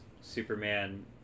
Superman